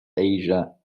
asia